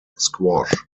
squash